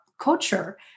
Culture